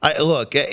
look